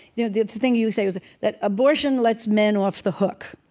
you know, the thing you say is that abortion lets men off the hook.